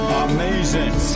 amazing